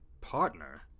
partner